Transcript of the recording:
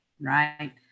Right